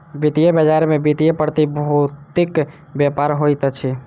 वित्तीय बजार में वित्तीय प्रतिभूतिक व्यापार होइत अछि